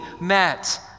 met